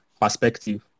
perspective